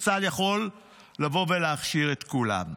שצה"ל יכול לבוא ולהכשיר את כולם.